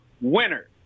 winner